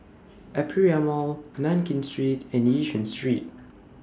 Aperia Mall Nankin Street and Yishun Street